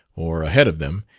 or ahead of them,